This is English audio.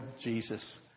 Jesus